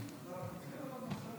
שישי